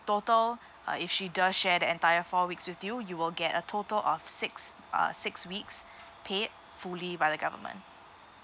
total uh if she does share the entire four weeks with you you will get a total of six uh six weeks paid fully by the government